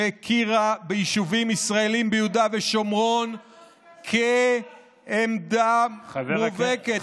שהכירה ביישובים ישראליים ביהודה ושומרון כעמדה מובהקת.